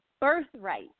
birthright